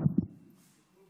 ההצעה